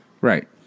Right